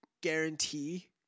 Guarantee